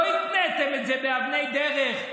לא התניתם את זה באבני דרך,